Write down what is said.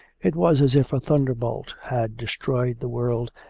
it was as if a thunderbolt had destroyed the world,